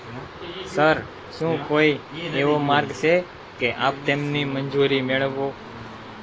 sir શું કોઈ એવો માર્ગ છે કે આપ તેમની મંજૂરી મેળવો